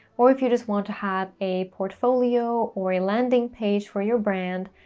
or if you just want to have a portfolio or a landing page for your brand,